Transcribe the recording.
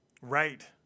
Right